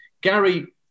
Gary